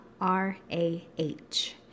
R-A-H